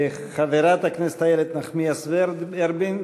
חברת הכנסת איילת נחמיאס ורבין,